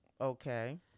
Okay